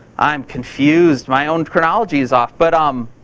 i'm confused. my own chronology is off. but um